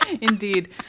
indeed